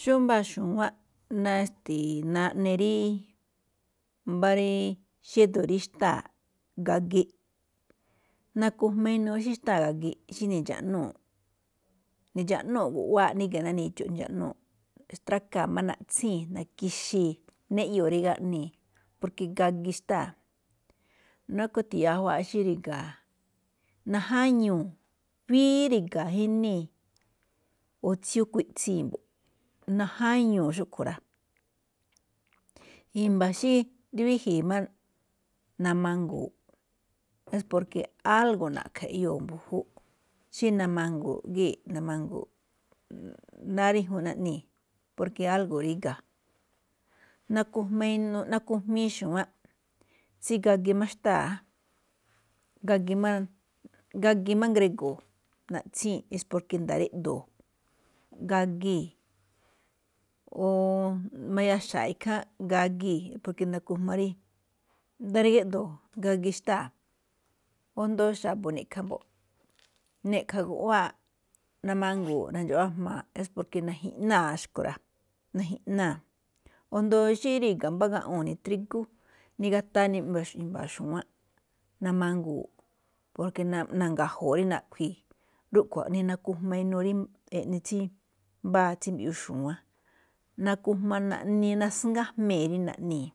Xó mbáa xu̱wánꞌ naꞌ stee, naꞌ ne rí, xí ído̱ rí xtáa̱, gagi nakujmaa inuu xí xtáa̱ gagi, xí ni̱dxa̱ꞌnúu̱, ni̱dxa̱ꞌúu̱ꞌ guꞌwáaꞌ ríga̱ ná nidxo̱ꞌ, nidxa̱ꞌnuu̱ꞌ, xtrakaa̱ máꞌ naꞌtsíi̱n na̱ki̱xi̱i̱, néꞌyoo̱ rí gáꞌnii̱, porke gagi xtáa̱. Núkho̱ gáthi̱ya̱á juaꞌ xí ri̱ga̱a̱, najáñuu̱, wíí ri̱ga̱a̱ jínee̱, o tsíyoo̱ gákuiꞌtsii̱ mbo̱ꞌ, najáñuu̱ xúꞌkhue̱n rá. I̱mba̱ xí wíji̱i̱ namangu̱u̱ꞌ es porke algo̱ na̱ꞌkha̱ eꞌyoo̱ mbu̱júꞌ, xí namanguu̱ꞌ gíi̱ꞌ namangu̱u̱ꞌ, náá rí juun naꞌnii̱, porke álgo̱ ríga̱, nakuj nakujmiin xu̱wánꞌ, tsí gagi máꞌ xtáa, gagi máꞌ ngrigo̱o̱, naꞌtsíi̱n es porke nda̱a̱ rí géꞌdoo̱, gagii̱ o mayaxa̱a̱ꞌ ikháánꞌ, gagii̱, porke nakujmaa rí nda̱a̱ rí géꞌdoo̱, gagi xtáa̱ o asndo xa̱bo̱ niꞌkha̱ mbo̱ꞌ, ni̱ꞌkha̱ guꞌwáaꞌ namangu̱u̱ꞌ nandxaꞌwá jmaa̱ es porke najiꞌnáa̱ xúꞌkhue̱n rá, najiꞌnáa̱ o asndo xí riga̱ mbá gaꞌwoo̱ nitrigú, nigataa neꞌne i̱mba̱a̱ xu̱wánꞌ, namangu̱u̱ꞌ porke nanga̱jo̱o̱ꞌ rí naꞌkhui̱i̱ rúꞌkhue̱n jaꞌnii nakujma inuu rí, eꞌne tsí mbáa tsí mbiꞌyuu xu̱wánꞌ. Nakujmaa naꞌnii̱ nasngájmee̱ rí naꞌnii̱,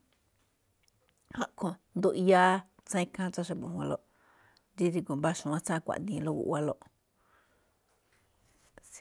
khaꞌwo nduꞌyáá tsaan ikháán xa̱bo̱ ñawanlóꞌ rí drígo̱o̱ mbáa xu̱wa̱nꞌ tsaan kuaꞌdiinlóꞌ guꞌwalóꞌ.